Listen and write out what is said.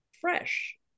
fresh